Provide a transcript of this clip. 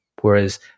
whereas